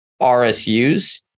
RSUs